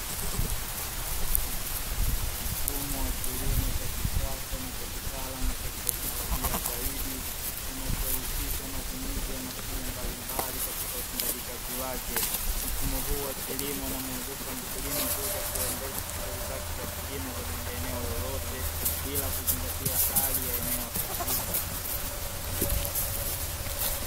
Mfumo wa kilimo cha kisasa na cha kitaalamu na cha kiteknolojia zaidi kinachohusisha matumizi ya mashine mbalimbali katika utendaji kazi wake. Mfumo huu wa kilimo unamwezesha mkulima kuweza kuendesha shughuli zake za kilimo katika eneo lolote, bila kuzingatia hali ya eneo husika.